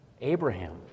Abraham